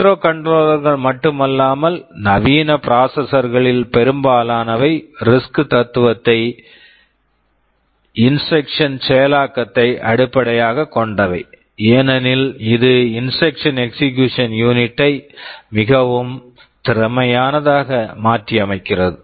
microcontroller micro controller கள் மட்டுமல்லாமல் நவீன ப்ராசசர்ஸ் processors களில் பெரும்பாலானவை ரிஸ்க் RISC தத்துவத்தை இன்ஸ்ட்ரக்சன் செயலாக்கத்தை அடிப்படையாகக் கொண்டவை ஏனெனில் இது instruction execution unit instruction execution unit ஐ மிகவும் திறமையானதாக மாற்றி அமைக்கிறது